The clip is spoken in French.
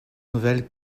nouvelles